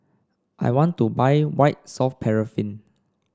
I want to buy White Soft Paraffin